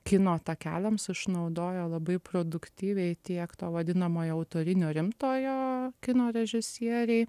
kino takeliams išnaudojo labai produktyviai tiek to vadinamojo autorinio rimtojo kino režisieriai